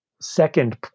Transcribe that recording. second